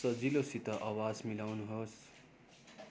सजिलोसित आवाज मिलाउनु होस्